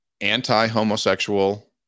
anti-homosexual